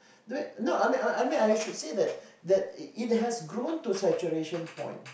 no I mean I I should said that it has grown to saturation point